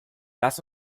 lass